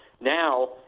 Now